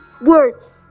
words